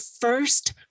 first